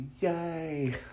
yay